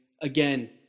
Again